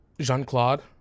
Jean-Claude